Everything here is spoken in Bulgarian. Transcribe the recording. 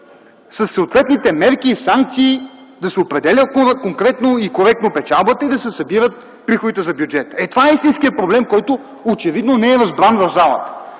съответните мерки и санкции, да се определя конкретно и коректно печалбата и да се събират приходите за бюджета. Ето това е истинският проблем, който очевидно не е разбран в залата.